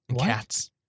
Cats